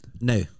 No